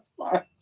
sorry